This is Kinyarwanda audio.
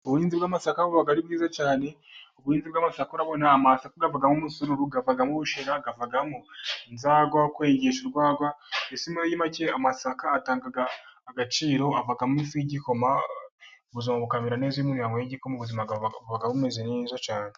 Ubuhinzi bw'amasaka buba ari bwiza cyane uvanamo ubushera, bukavamo ifu yo kwengesha urwagwa, imitsima, mbese muri make amasaka agira agaciro avamo umutsima, igikoma, ubuzima buba bumeze neza cyane.